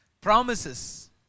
promises